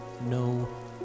No